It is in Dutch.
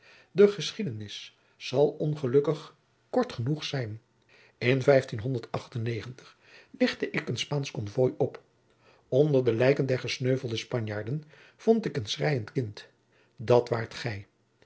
de geschiedenis zal ongelukkig kort genoeg zijn n lichtte ik een spaansch konvooi op onder de lijken der gesneuvelde spanjaarden vond ik een schreiend kind dat waart gij